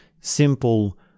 simple